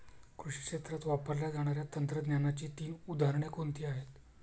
कृषी क्षेत्रात वापरल्या जाणाऱ्या तंत्रज्ञानाची तीन उदाहरणे कोणती आहेत?